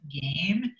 game